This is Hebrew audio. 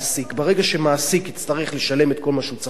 ברגע שמעסיק יצטרך לשלם את כל מה שהוא צריך לשלם,